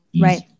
Right